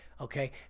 okay